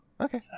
okay